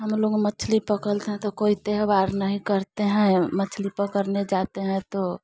हम लोग मछली पकड़ते हैं तो कोई त्यौहार नहीं करते हैं मछली पकड़ने जाते हैं तो